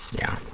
yeah.